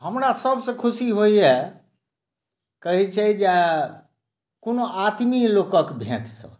हमरा सभसँ खुशी होइए कहैत छै जे कोनो आत्मीय लोकक भेटसँ